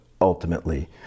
ultimately